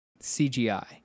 CGI